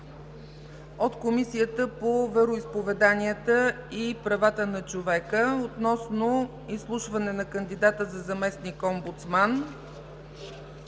от Комисията по вероизповеданията и правата на човека относно изслушване на кандидата за заместник-омбудсман